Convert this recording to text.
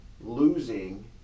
losing